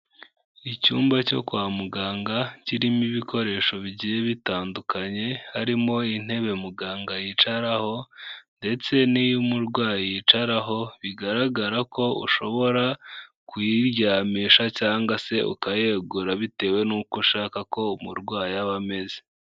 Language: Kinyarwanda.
Icyumba cyo kwa muganga kirimo ibikoresho bigiye bitandukanye harimo intebe muganga yicaraho ndetse n'iy'umurwayi yicaraho, bigaragara ko ushobora kuyiryamisha cyangwa se ukayegura bitewe n'uko ushaka ko umurwayi aba ameze.